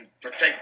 protect